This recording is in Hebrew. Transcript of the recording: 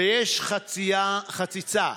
ויש חציצה